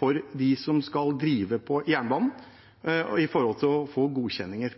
for dem som skal drive jernbanen, med hensyn til å få godkjenninger.